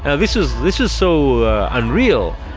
yeah this was this was so unreal,